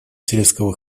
сельского